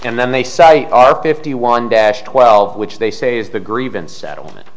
and then they say you are fifty one dash twelve which they say is the grievance settlement